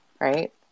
right